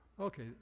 Okay